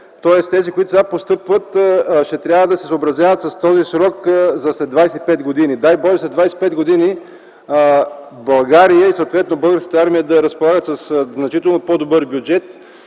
Тоест тези, които сега постъпват, ще трябва да се съобразяват с този срок след 25 години. Дай Боже, след 25 години България и, съответно, Българската армия да разполагат със значително по добър бюджет